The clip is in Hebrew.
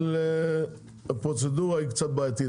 אבל הפרוצדורה היא קצת בעייתית,